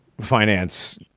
finance